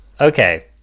Okay